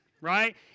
right